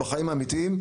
בחיים האמיתיים,